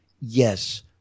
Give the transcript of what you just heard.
yes